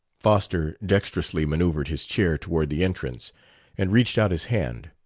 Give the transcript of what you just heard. foster dextrously manoeuvred his chair toward the entrance and reached out his hand.